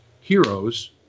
heroes